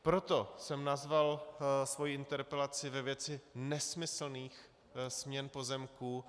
Proto jsem nazval svoji interpelaci ve věci nesmyslných směn pozemků.